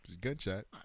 gunshot